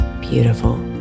beautiful